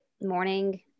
morning